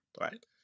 Right